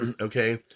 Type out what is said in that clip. okay